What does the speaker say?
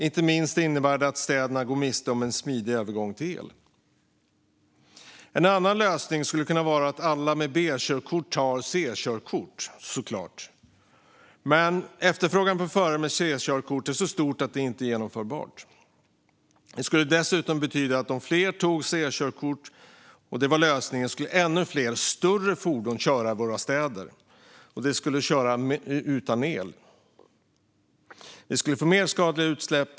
Det innebär inte minst att städerna går miste om en smidig övergång till mer elfordon. En annan lösning skulle såklart kunna vara att alla med B-körkort tar C-körkort. Men efterfrågan på förare med C-körkort är så stor att det inte är genomförbart. Om lösningen var att fler skulle ta C-körkort skulle det dessutom betyda att ännu fler större fordon skulle köra i våra städer, och de skulle köra utan el. Vi skulle få mer skadliga utsläpp.